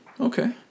Okay